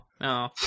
No